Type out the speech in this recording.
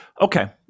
okay